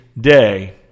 day